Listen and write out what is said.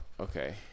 Okay